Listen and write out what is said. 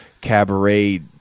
cabaret